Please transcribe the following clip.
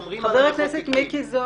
סף ששומרים על --- חבר הכנסת מיקי זוהר,